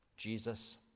Jesus